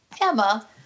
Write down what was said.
Emma